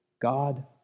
God